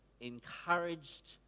encouraged